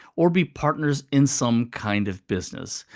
or be partners in some kind of business.